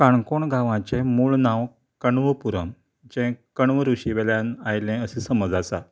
काणकोण गांवाचे मूळ नांव कण्वपुरम जें कण्व ऋषी वेल्यान आयलें असो समज आसा